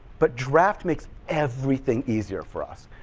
but draft makes everything easier for us.